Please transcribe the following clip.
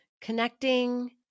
connecting